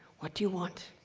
what do you want?